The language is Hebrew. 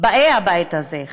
באי הבית הזה,